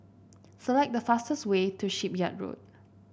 select the fastest way to Shipyard Road